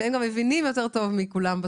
הם מבינים יותר מכולם,